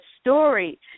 story